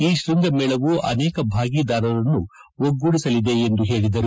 ಈ ತ್ವಂಗಮೇಳವು ಅನೇಕ ಭಾಗೀದಾರರನ್ನು ಒಗ್ನೂಡಿಸಲಿದೆ ಎಂದು ಹೇಳಿದರು